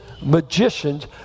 magicians